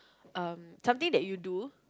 uh something that you do